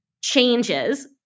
changes